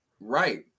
Right